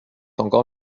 encore